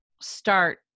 start